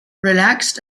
relaxed